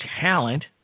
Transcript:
talent